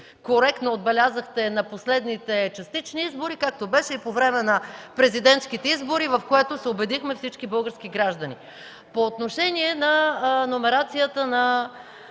коректно отбелязахте – на последните частични избори, както беше и по време на президентските избори, в което се убедихме всички български граждани.